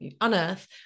unearth